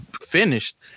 finished